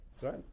right